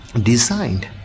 designed